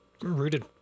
rooted